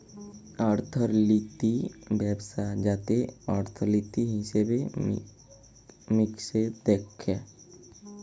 অর্থলিতি ব্যবস্থা যাতে অর্থলিতি, হিসেবে মিকেশ দ্যাখে